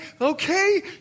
okay